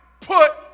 put